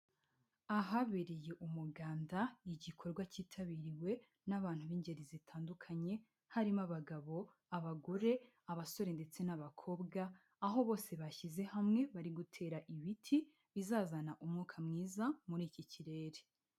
Ahabereye umuganda igikorwa kitabiriwe n'abantu b'ingeri zitandukanye harimo abagabo, abagore, abasore ndetse n'abakobwa, aho bose bashyize hamwe bari gutera ibiti bizazana umwuka mwiza muri iki kirere.